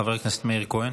חבר הכנסת מאיר כהן.